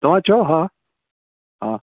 तव्हां चओ हा हा